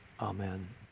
Amen